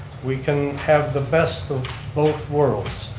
we can have the best of both worlds.